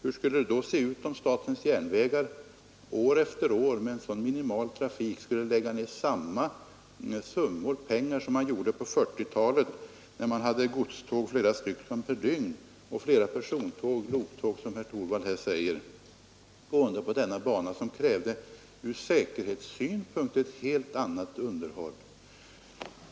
Hur skulle det se ut om statens järnvägar år efter år med ett så Måndagen den minimalt trafikunderlag skulle lägga ner lika stora summor på underhåll Ilrdecember 1972 som man gjorde på 1940-talet, när det gick flera godståg per dygn och flera persontåg på inlandsbanan, som ur säkerhetssynpunkt krävde ett helt annat underhåll?